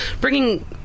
bringing